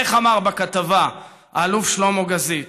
איך אמר בכתבה האלוף שלמה גזית?